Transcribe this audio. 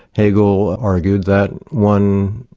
hegel argued that, one,